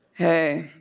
hey,